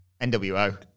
NWO